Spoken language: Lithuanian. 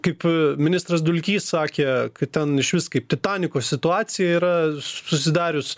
kaip ministras dulkys sakė kad ten išvis kaip titaniko situacija yra susidarius